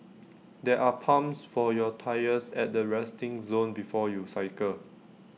there are pumps for your tyres at the resting zone before you cycle